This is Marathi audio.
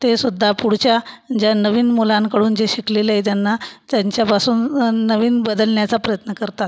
तेसुद्धा पुढच्या ज्या नवीन मुलांकडून जे शिकलेले आहे त्यांना त्यांच्यापासून नवीन बदलण्याचा प्रयत्न करतात